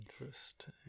Interesting